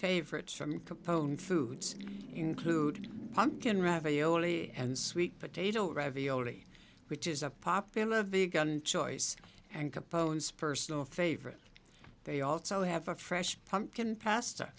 favorites from capone foods include pumpkin ravioli and sweet potato ravioli which is a popular of the gun choice and capone's personal favorite they also have a fresh pumpkin pastor